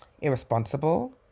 irresponsible